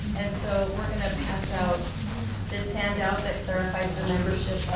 and so we're going to pass out this handout that clarifies the membership